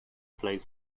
played